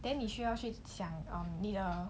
then 你需要去想 err 你的